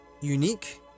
unique